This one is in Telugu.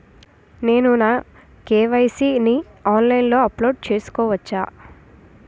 నేను నా కే.వై.సీ ని ఆన్లైన్ లో అప్డేట్ చేసుకోవచ్చా?